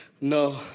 no